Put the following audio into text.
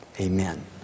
Amen